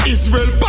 Israel